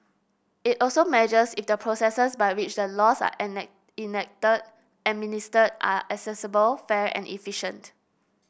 it also measures if the processes by which the laws are enacted and administered are accessible fair and efficient